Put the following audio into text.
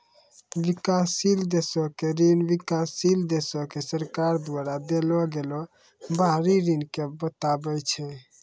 विकासशील देशो के ऋण विकासशील देशो के सरकार द्वारा देलो गेलो बाहरी ऋण के बताबै छै